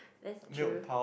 that's true